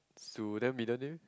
Su then middle name